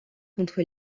contre